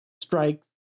strikes